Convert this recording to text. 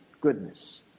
Goodness